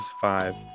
Five